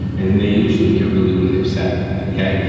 and then they usually get really, really upset with me, okay?